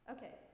Okay